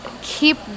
keep